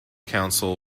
council